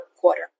quarter